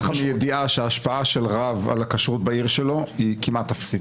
אני אומר לך מידיעה שההשפעה של רב על הכשרות בעיר שלו היא כמעט אפסית.